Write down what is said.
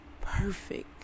perfect